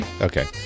Okay